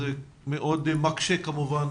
זה מאוד מקשה כמובן